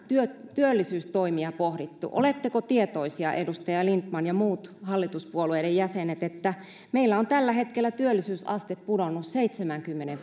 työllisyystoimia pohdittu oletteko tietoisia edustaja lindtman ja muut hallituspuolueiden jäsenet että meillä on tällä hetkellä työllisyysaste pudonnut seitsemäänkymmeneen